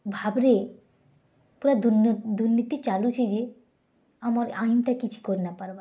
ଭାବରେ ପୁରା ଦୁର୍ନୀତି ଚାଲୁଛି ଯେ ଆମର୍ ଆଇନ୍ଟା କିଛି କରି ନାଇଁପାରବା